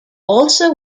also